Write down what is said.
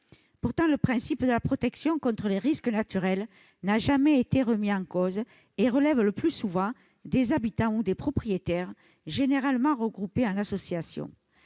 Pourtant, le principe de la protection contre les risques naturels n'a jamais été remis en cause et relève le plus souvent des habitants ou des propriétaires généralement regroupés en associations.